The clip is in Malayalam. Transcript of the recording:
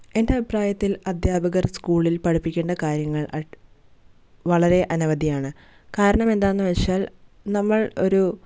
എന്റെ അഭിപ്രായത്തില് അധ്യാപകർ സ്കൂളിൽ പഠിപ്പിക്കേണ്ട കാര്യങ്ങൾ അ വളരെ അനവധിയാണ് കാരണം എന്താണെന്ന് വെച്ചാൽ നമ്മൾ ഒരു